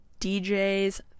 DJs